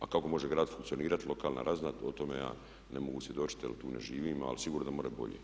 A kako može grad funkcionirati, lokalna razina o tome ja ne mogu svjedočiti evo tu ne živim ali sigurno more bolje.